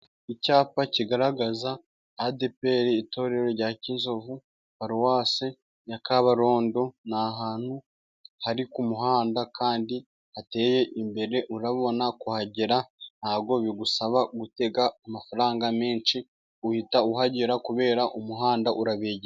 Icyapa kigaragaza Adeperi itorero rya Kinzovu, paruwase ya Kabarondo, ni ahantu hari ku muhanda, kandi hateye imbere, urabona kuhagera ntabwo bigusaba gutega amafaranga menshi, uhita uhagera kubera umuhanda urabegereye.